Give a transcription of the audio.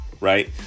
Right